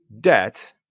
Debt